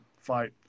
fight